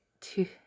two